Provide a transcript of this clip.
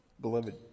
beloved